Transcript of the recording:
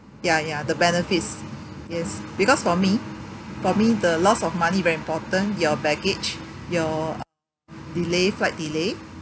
ya ya the benefits yes because for me for me the loss of money very important your baggage your delay flight delay